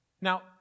Now